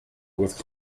with